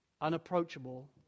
Unapproachable